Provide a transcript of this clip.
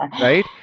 Right